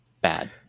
bad